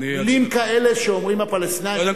מלים כאלה שאומרים הפלסטינים,